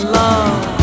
love